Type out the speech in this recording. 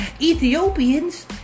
Ethiopians